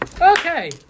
Okay